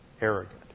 arrogant